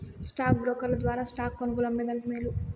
stock బ్రోకర్ల ద్వారా stocks కొనుగోలు, అమ్మే దానికి మేలు